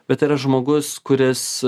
kad yra žmogus kuris